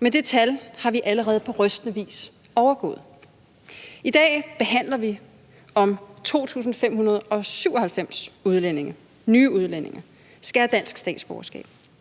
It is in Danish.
Men det tal har vi allerede på rystende vis overgået. I dag forhandler vi, om 2.597 nye udlændinge skal have dansk statsborgerskab,